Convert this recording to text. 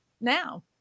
now